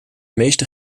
meeste